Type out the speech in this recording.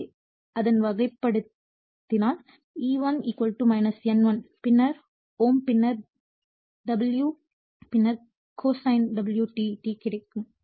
எனவே அதன் வகைப்படுத்தினால் E1 N1 பின்னர்∅m பின்னர் ω பின்னர் cosine ω t கிடைக்கும்